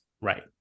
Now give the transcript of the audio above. Right